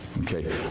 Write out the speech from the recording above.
Okay